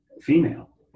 female